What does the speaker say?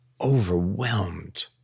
overwhelmed